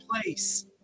place